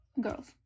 girls